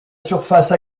surface